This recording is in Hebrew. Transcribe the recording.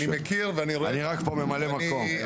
אני רק פה ממלא מקום.